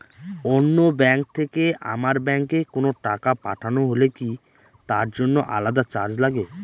অন্য ব্যাংক থেকে আমার ব্যাংকে কোনো টাকা পাঠানো হলে কি তার জন্য আলাদা চার্জ লাগে?